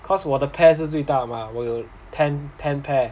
cause 我的 pair 是最大嘛我有 ten ten pair